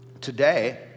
today